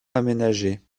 aménagés